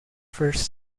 first